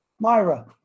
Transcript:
Myra